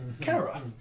Kara